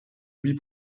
huit